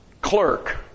clerk